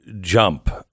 jump